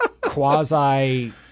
quasi